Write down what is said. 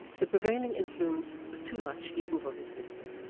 the prevailing influence was too much even for his sister.